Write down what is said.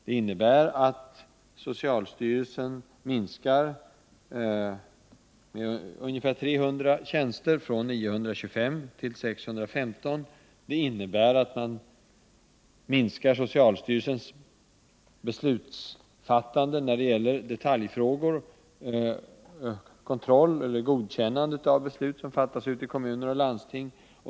Det innebär att socialstyrelsen minskar med ungefär 300 tjänster — från 925 till 615 — och att man minskar socialstyrelsens beslutsfattande när det gäller detaljfrågor, kontroll och godkännande av beslut som fattas ute i kommuner och landsting.